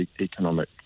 economic